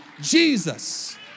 Jesus